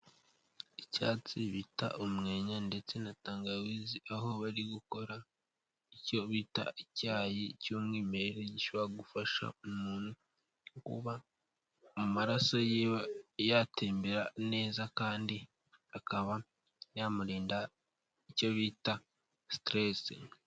Icyatsi bita umwenya ndetse na tangawizi, aho bari gukora icyo bita icyayi cy'umwimerere gishobora gufasha umuntu, kuba amaraso yiwe yatembera neza kandi akaba yamurinda icyo bita siteresi.